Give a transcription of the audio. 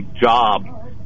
job